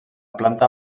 planta